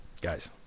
Guys